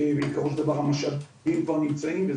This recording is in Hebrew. שהמשאבים כבר נמצאים,